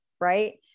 Right